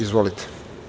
Izvolite.